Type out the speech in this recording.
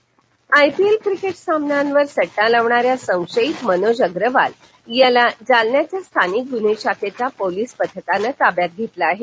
cricket सड्य Jalna IPL cricket सामन्यांवर सट्टा लावणाऱ्या संशयित मनोज अग्रवाल याला जालन्याच्या स्थानिक गुन्हे शाखेच्या पोलीस पथकानं ताब्यात घेतलं आहे